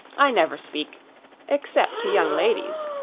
i never speak except to young ladies,